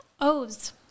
O's